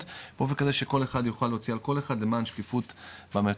באופן כזה שכל אחד יוכל להוציא על כל אחד למען שקיפות במקרקעין.